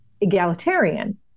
egalitarian